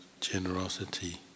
generosity